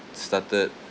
started